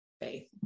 faith